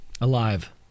Alive